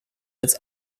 its